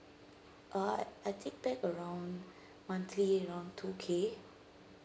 uh I take back around monthly around two K